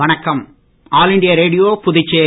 வணக்கம் all India Radio Puducherry